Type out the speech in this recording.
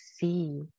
see